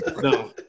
no